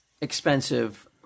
expensive